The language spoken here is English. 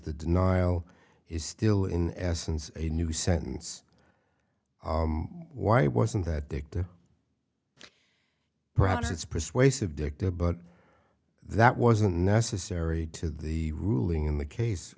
the denial is still in essence a new sentence why wasn't that there perhaps it's persuasive dicta but that wasn't necessary to the ruling in the case